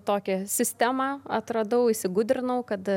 tokią sistemą atradau įsigudrinau kad